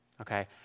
okay